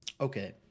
okay